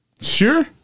Sure